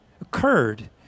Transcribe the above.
occurred